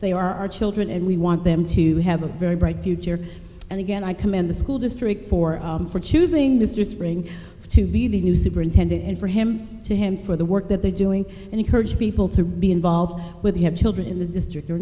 they are our children and we want them to have a very bright future and again i commend the school district for choosing this ring to be the new superintendent and for him to him for the work that they're doing and encourage people to be involved with have children in the district or